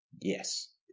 Yes